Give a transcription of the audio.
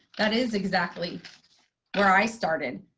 that is exactly where i started.